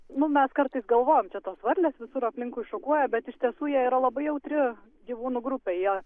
nu mes kartais galvojam čia tos varlės visur aplinkui šokuoja bet iš tiesų jie yra labai jautri gyvūnų grupė jos